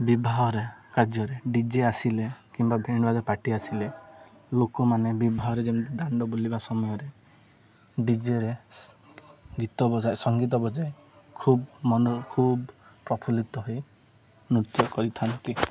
ବିବାହରେ କାର୍ଯ୍ୟରେ D J ଆସିଲେ କିମ୍ବା ବେଣ୍ଡବାଜା ପାର୍ଟି ଆସିଲେ ଲୋକମାନେ ବିବାହରେ ଯେମିତି ଦାଣ୍ଡ ବୁଲିବା ସମୟରେ ଡିଜେରେ ଗୀତ ବଜାଏ ସଙ୍ଗୀତ ବଜାଏ ଖୁବ୍ ମନ ଖୁବ୍ ପ୍ରଫୁଲ୍ଲିତ ହୋଇ ନୃତ୍ୟ କରିଥାନ୍ତି